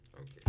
Okay